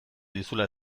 dizula